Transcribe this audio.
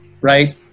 Right